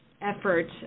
effort